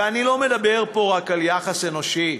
ואני לא מדבר פה רק על יחס אנושי,